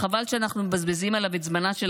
וחבל שאנחנו מבזבזים עליו את זמנה של